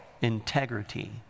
integrity